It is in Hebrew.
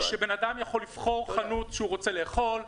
שבן אדם יכול לבחור מסעדה שהוא רוצה לאכול בה,